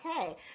Okay